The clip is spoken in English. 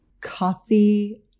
Coffee